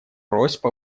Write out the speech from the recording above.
просьб